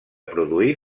produir